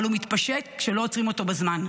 אבל הוא מתפשט כשלא עוצרים אותו בזמן.